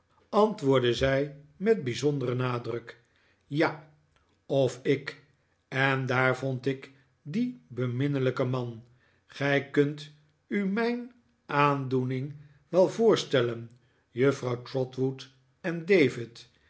antwoordde zij met bijzonderen nadruk ja of ik en daar vond ik dien beminnelijken man gij kunt u mijn aandoening wel voorstellen juffrouw trotwood en david